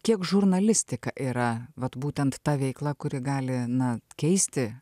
kiek žurnalistika yra vat būtent ta veikla kuri gali na keisti